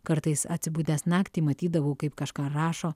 kartais atsibudęs naktį matydavau kaip kažką rašo